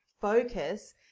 focus